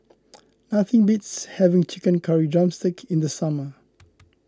nothing beats having Chicken Curry Drumstick in the summer